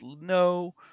no